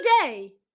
today